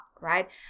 right